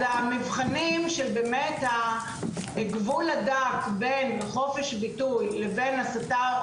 אז המבחנים שבאמת גבול הדק בין חופש ביטוי לבין הסתה,